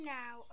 now